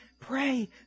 pray